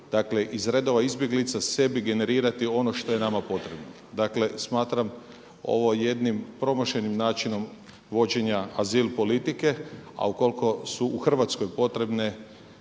trebali iz redova izbjeglica sebi generirati ono što je nama potrebno. Dakle smatram ovo jednim promašenim načinom vođenja azil politike, a ukoliko su u Hrvatskoj potrebne